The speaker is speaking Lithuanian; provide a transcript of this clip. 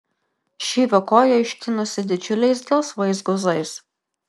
šyvio koja ištinusi didžiuliais gelsvais guzais